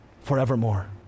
forevermore